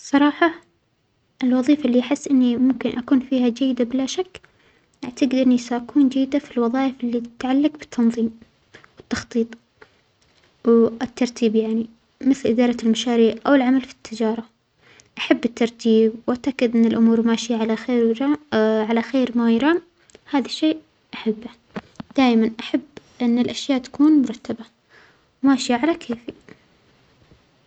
الصراحة الوظيفة اللى أحس إنى ممكن أكون فيها جيدة بلا شك أعتجد إنى سأكون جيدة في الوظائف اللى تتعلق بالتنظيم والتخطيط والترتيب يعنى، مثل إزالة المشاريع أو العمل في التجارة، أحب الترتيب و اتأكد أن الأمور ماشية على خير و جاء على خير ما يرام، هذا الشيء أحبه، دايما أحب أن الأشياء تكون مرتبة وماشية على كيفى.